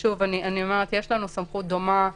שוב, יש לנו כבר סמכות דומה,